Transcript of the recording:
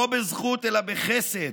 לא בזכות, אלא בחסד,